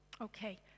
Okay